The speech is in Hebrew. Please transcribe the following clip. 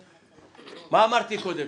מה אמרתי קודם?